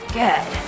good